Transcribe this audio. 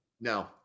No